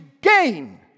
gain